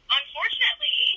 unfortunately